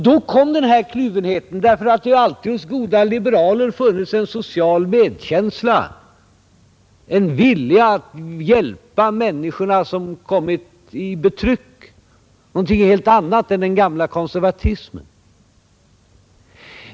Då kom den här kluvenheten därför att det alltid hos goda liberaler funnits en social medkänsla, en vilja att hjälpa människorna som kommit i betryck, någonting helt annat än den gamla konservatismen.